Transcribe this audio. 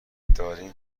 دارین